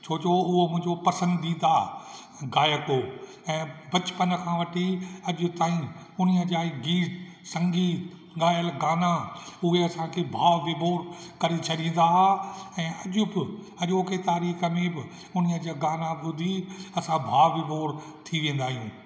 छो जो उहो मुंहिंजो पसंदीदा गायक हो ऐं बचपन खां वठी अॼु ताईं उन्हीअ जा गीत संगीत ॻायल गाना उहे असां खे भाव विभोर करे छॾींदा ऐं अॼु बि अॼोके तारीख़ में बि उन्हीअ जा गाना ॿुधी आसां भाव विभोर थी वेंदा आहियूं